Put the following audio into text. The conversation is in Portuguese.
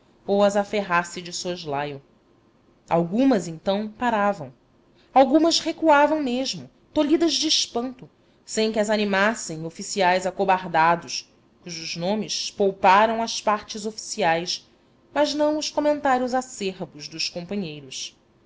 ou as aferrasse de soslaio algumas então paravam algumas recuavam mesmo tolhidas de espanto sem que as animassem oficiais acobardados cujos nomes pouparam as partes oficiais mas não os comentários acerbos dos companheiros